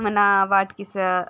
మన వాటికి స